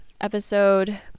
episode